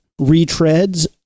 retreads